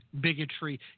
bigotry